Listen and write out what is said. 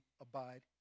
abide